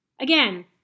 Again